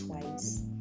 twice